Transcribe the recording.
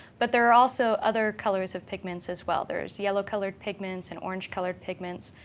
but there are also other colors of pigments, as well. there's yellow-colored pigments and orange-colored pigments.